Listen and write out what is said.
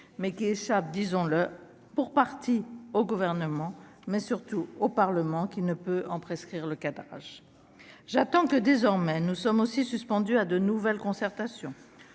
mais qui échappe disons-le pour partie au gouvernement, mais surtout au Parlement qui ne peut en prescrire le cadrage, j'attends que désormais nous sommes aussi suspendu à de nouvelles concertations